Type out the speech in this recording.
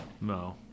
No